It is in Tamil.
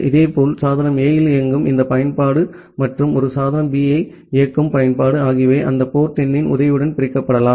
இதேபோல் சாதனம் A இல் இயங்கும் இந்த பயன்பாடு மற்றும் ஒரு சாதனம் B ஐ இயக்கும் பயன்பாடு ஆகியவை அந்த போர்ட் எண்ணின் உதவியுடன் பிரிக்கப்படலாம்